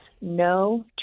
no